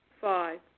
Five